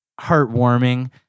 heartwarming